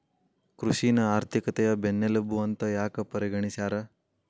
ಕೃಷಿನ ಆರ್ಥಿಕತೆಯ ಬೆನ್ನೆಲುಬು ಅಂತ ಯಾಕ ಪರಿಗಣಿಸ್ಯಾರ?